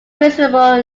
reasonable